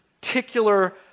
particular